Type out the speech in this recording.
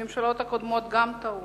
הממשלות הקודמות גם טעו.